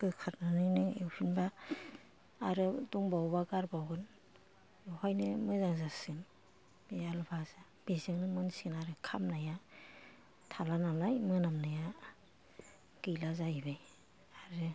बोखारनानै नों एवफिनबा आरो दंबावोबा गारबावगोन बेवहायनो मोजां जासिगोन बे आलु फाजा बेजोंनो मोनसिगोन आरो खामनाया थाला नालाय मोनामनाया गैला जाहैबाय आरो